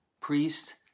priest